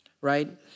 right